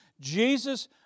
Jesus